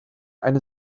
eine